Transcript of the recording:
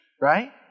right